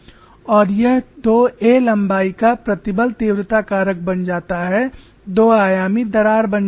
और यह 2 a लम्बाई का प्रतिबल तीव्रता कारक बन जाता है दो आयामी दरार बन जाता है